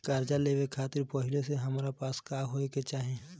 कर्जा लेवे खातिर पहिले से हमरा पास का होए के चाही?